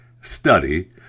study